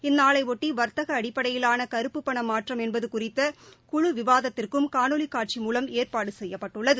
இந்நாளையொட்டிவர்த்தகஅடிப்படையிலானகறுப்புப் பணமாற்றம் என்பதுகுறித்த குழு விவாதத்திற்கும் காணொலிகாட்சி மூலம் ஏற்பாடுசெய்யப்பட்டுள்ளது